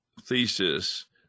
thesis